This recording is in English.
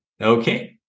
Okay